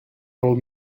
old